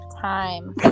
time